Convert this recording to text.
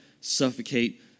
suffocate